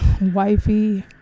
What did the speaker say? Wifey